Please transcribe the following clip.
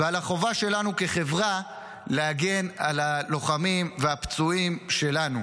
ועל החובה שלנו כחברה להגן על הלוחמים והפצועים שלנו.